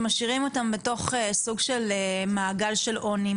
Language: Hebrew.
שמשאירים אותם בתוך סוג של מעגל של עוני,